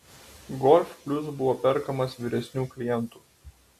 golf plius buvo perkamas vyresnių klientų